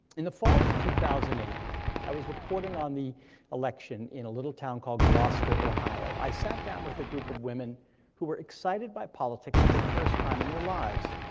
in the fall of two thousand and eight i was reporting on the election in a little town called glouster, ohio. i sat down with a group of women who were excited by politics for the first time in their lives.